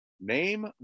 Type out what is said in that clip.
name